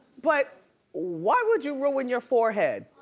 but why would you ruin your forehead?